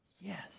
Yes